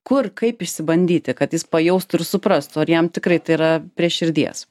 kur kaip išsibandyti kad jis pajaustų ir suprastų ar jam tikrai tai yra prie širdies